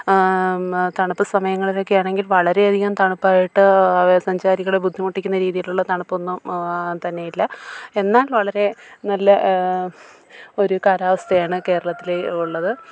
തണുപ്പ് സമയങ്ങളിലൊക്കെ ആണെങ്കിൽ വളരേയധികം തണുപ്പായിട്ട് വിനോദസഞ്ചാരികളെ ബുദ്ധിമുട്ടിക്കുന്ന രീതിയിലുള്ള തണുപ്പൊന്നും തന്നെയില്ല എന്നാൽ വളരെ നല്ല ഒരു കാലാവസ്ഥയാണ് കേരളത്തിൽ ഉള്ളത്